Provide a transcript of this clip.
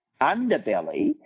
underbelly